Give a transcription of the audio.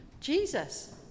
Jesus